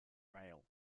rail